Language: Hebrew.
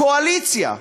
קואליציה,